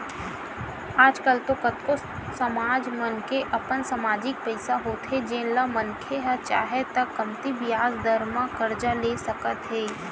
आज कल तो कतको समाज मन के अपन समाजिक पइसा होथे जेन ल मनखे ह चाहय त कमती बियाज दर म करजा ले सकत हे